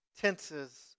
tenses